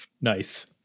Nice